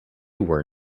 were